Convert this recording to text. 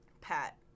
Pat